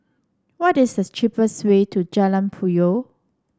what is the cheapest way to Jalan Puyoh